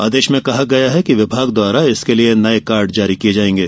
आदेश में कहा गया है कि विभाग द्वारा इसके लिए नये कार्ड जारी किये जायेंगे